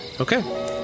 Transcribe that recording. Okay